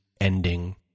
ending